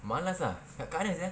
malas ah kat kat mana sia